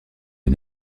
les